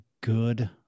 good